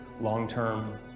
long-term